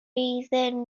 iddyn